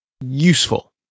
useful